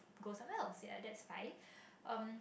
go somewhere else ya that's fine um